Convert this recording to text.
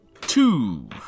Two